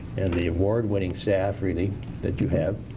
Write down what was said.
and the award-winning staff really that you have.